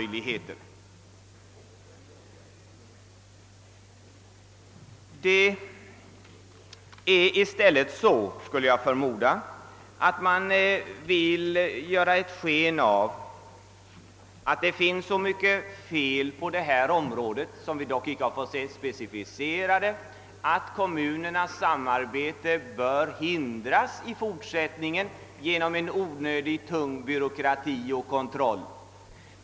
Jag förmodar att man vill ge sken av att det finns så många fel på detta område — vilka dock inte specifice rats — att kommunernas samarbete i fortsättningen bör hindras genom onödigt tung byråkrati och kontroll.